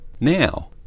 now